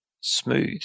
smooth